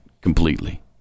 completely